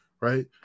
Right